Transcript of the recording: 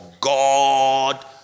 God